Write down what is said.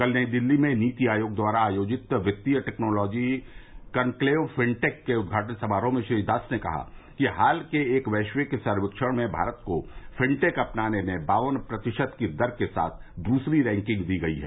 कल नई दिल्ली में नीति आयोग द्वारा आयोजित वित्तीय टैक्नोलॉजी कॉनक्लेव फिनटेक के उद्घाटन समारोह में श्री दास ने कहा कि हाल के एक वैश्विक सर्वेक्षण में भारत को फिनटेक अपनाने में बावन प्रतिशत की दर के साथ दूसरी रैंकिंग दी गई है